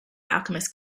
alchemist